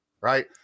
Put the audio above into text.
right